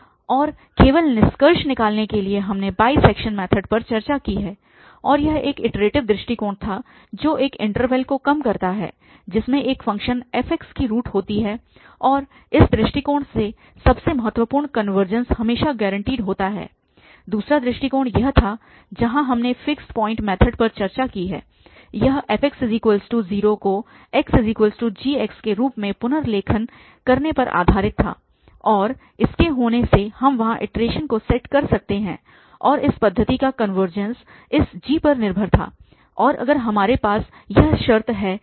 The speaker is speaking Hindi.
और केवल निष्कर्ष निकालने के लिए हमने बाइसैक्शन मैथड पर चर्चा की है और यह एक इटरेटिव दृष्टिकोण था जो एक इन्टरवल को कम करता है जिसमें एक फ़ंक्शन f की रूट होती है और उस दृष्टिकोण में सबसे महत्वपूर्ण कनवर्जेंस हमेशा गारंटीड होता है दूसरा दृष्टिकोण यह था जहाँ हमने फिक्स पॉइंट मैथड पर चर्चा की है यह fx 0 को x g के रूप में पुनर्लेखन करने पर आधारित था और इसके होने से हम वहाँ इट्रेशन्स को सैट कर सकते हैं और इस पद्धति का कनवर्जेंस इस g पर निर्भर था और अगर हमारे पास यह शर्त है कि